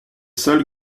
seuls